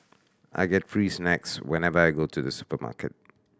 I get free snacks whenever I go to the supermarket